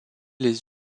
les